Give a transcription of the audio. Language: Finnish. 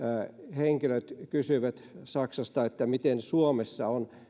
henkilöt kysyivät nimenomaan että miten suomessa on